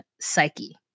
psyche